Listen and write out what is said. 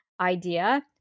idea